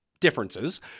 differences